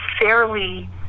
fairly